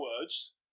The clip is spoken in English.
words